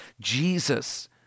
Jesus